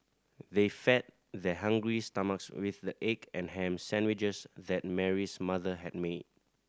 they fed their hungry stomachs with the egg and ham sandwiches that Mary's mother had made